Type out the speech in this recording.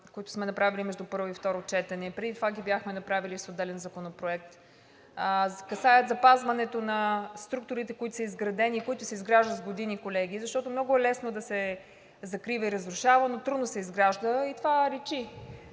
които сме направили между първо и второ четене, и преди това ги бяхме направили с отделен законопроект – касаят запазването на структурите, които са изградени, които се изграждат с години, колеги. Защото много е лесно да се закрива и разрушава, но трудно се изгражда. Това личи.